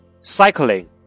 Cycling